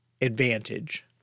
advantage